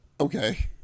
Okay